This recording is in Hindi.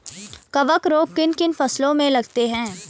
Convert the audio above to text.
कवक रोग किन किन फसलों में लगते हैं?